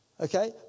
Okay